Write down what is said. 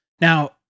Now